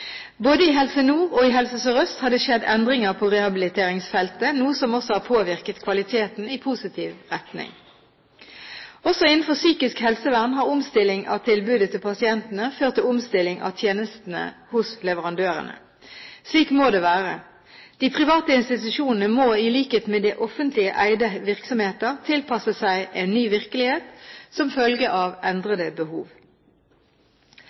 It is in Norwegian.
Både i Helse Nord og i Helse Sør-Øst har det skjedd endringer på rehabiliteringsfeltet, noe som også har påvirket kvaliteten i positiv retning. Også innenfor psykisk helsevern har omstilling av tilbudet til pasientene ført til omstilling av tjenestene hos leverandørene. Slik må det være. De private institusjonene må, i likhet med offentlig eide virksomheter, tilpasse seg en ny virkelighet som følge av